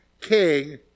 king